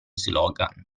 slogan